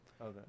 okay